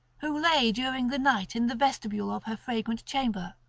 who lay during the night in the vestibule of her fragrant chamber,